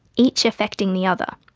each affecting the other.